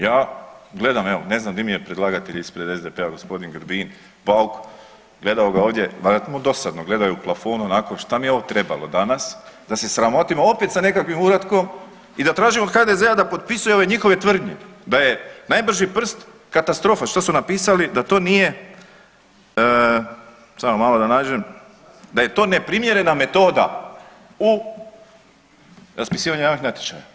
Ja gledam evo ne znam di mi je predlagatelj ispred SDP-a g. Grbin, Bauk, gledao ga ovdje valjda mu dosadno, gledaju u plafon onako šta mi je ovo trebalo danas da se sramotimo opet sa nekakvim uratkom i da tražimo od HDZ-a da potpisuju ove njihove tvrdnje, da je najbrži prst katastrofa što su napisali da to nije, samo malo da nađem, da je to neprimjerena metoda u raspisivanju javnih natječaja.